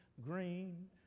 green